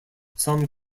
some